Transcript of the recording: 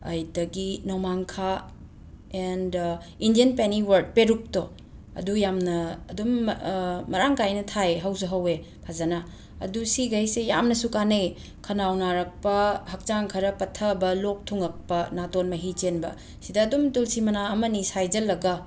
ꯑꯗꯒꯤ ꯅꯣꯡꯃꯥꯡꯈꯥ and Indian pennywort ꯄꯦꯔꯨꯛꯇꯣ ꯑꯗꯨ ꯌꯥꯝꯅ ꯑꯗꯨꯝ ꯃꯔꯥꯡ ꯀꯥꯏꯅ ꯊꯥꯏꯌꯦ ꯍꯧꯁꯨ ꯍꯧꯋꯦ ꯐꯖꯅ ꯑꯗꯨ ꯁꯤꯈꯩꯁꯦ ꯌꯥꯝꯅꯁꯨ ꯀꯥꯟꯅꯩꯌꯦ ꯈꯅꯥꯎ ꯅꯥꯔꯛꯄ ꯍꯛꯆꯥꯡ ꯈꯔ ꯄꯠꯊꯕ ꯂꯣꯛ ꯊꯨꯡꯉꯛꯄ ꯅꯥꯇꯣꯟ ꯃꯍꯤ ꯆꯦꯟꯕ ꯁꯤꯗ ꯑꯗꯨꯝ ꯇꯨꯜꯁꯤ ꯃꯅꯥ ꯑꯃ ꯑꯅꯤ ꯁꯥꯏꯖꯜꯂꯒ